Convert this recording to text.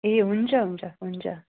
ए हुन्छ हुन्छ हुन्छ